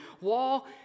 wall